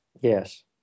Yes